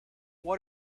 what